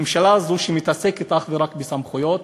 ממשלה זו, שמתעסקת אך ורק בסמכויות,